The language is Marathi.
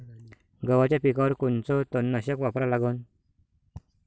गव्हाच्या पिकावर कोनचं तननाशक वापरा लागन?